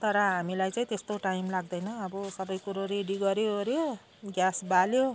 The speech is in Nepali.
तर हामीलाई चाहिँ त्यस्तो टाइम लाग्दैन अब सबै कुरो रेडी गऱ्योओऱ्यो ग्यास बाल्यो